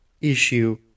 issue